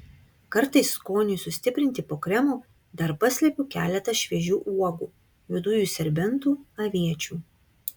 kartais skoniui sustiprinti po kremu dar paslepiu keletą šviežių uogų juodųjų serbentų aviečių